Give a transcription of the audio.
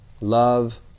Love